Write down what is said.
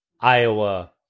Iowa